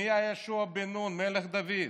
מי היה יהושע בן-נון, המלך דוד?